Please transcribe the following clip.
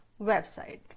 website